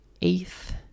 eighth